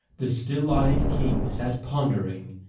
the still-eyed king sat pondering,